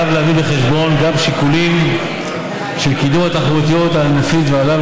עליו להביא בחשבון גם שיקולים של קידום התחרותיות הענפית ועליו